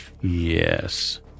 Yes